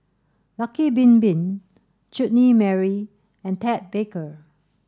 Lucky Bin Bin Chutney Mary and Ted Baker